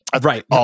Right